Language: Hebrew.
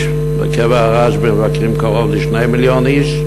ובקבר הרשב"י מבקרים קרוב ל-2 מיליון איש.